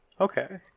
Okay